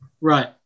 Right